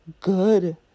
good